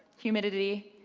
humidity,